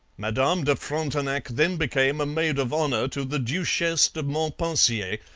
madame de frontenac then became a maid of honour to the duchesse de montpensier,